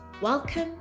Welcome